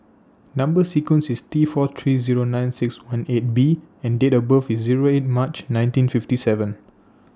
Number sequence IS T four three Zero nine six one eight B and Date of birth IS Zero eight March nineteen fifty seven